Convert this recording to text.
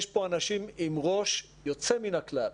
יש פה אנשים עם ראש יוצא מן הכלל,